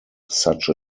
such